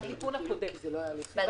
התיקון הקודם ב-2015.